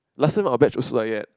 last time our batch also like that